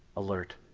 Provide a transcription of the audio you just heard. alert.